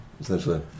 essentially